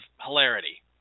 hilarity